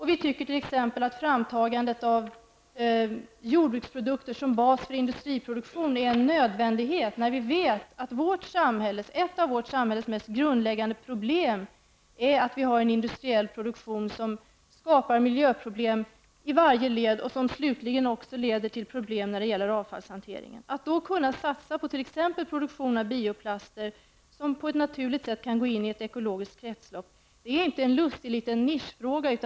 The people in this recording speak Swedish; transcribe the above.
Vi anser t.ex. att framtagandet av jordbruksprodukter som bas för industriproduktion är en nödvändighet, eftersom vi vet att ett av vårt samhälles mest grundläggande problem är att vi har en industriell produktion som skapar miljöproblem i varje led och som slutligen också leder till problem när det gäller avfallshanteringen. Att då kunna satsa på t.ex. produktion av bioplaster som på ett naturligt sätt kan gå in i ett ekologiskt kretslopp är inte en lustig liten nischfråga.